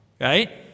right